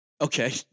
Okay